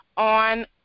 On